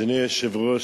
אדוני היושב-ראש,